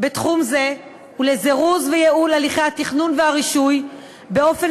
בתחום זה ולזירוז וייעול של הליכי התכנון והרישוי באופן